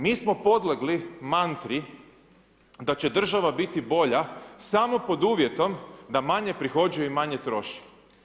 Mi smo podlegli mantri da će država biti bolja samo pod uvjetom da manje prihođuje i manje troši.